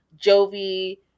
Jovi